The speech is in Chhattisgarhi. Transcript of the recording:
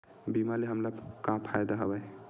बीमा ले हमला का फ़ायदा हवय?